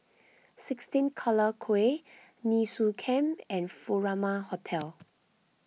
sixteen Collyer Quay Nee Soon Camp and Furama Hotel